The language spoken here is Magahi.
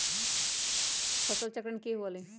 फसल चक्रण की हुआ लाई?